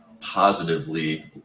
positively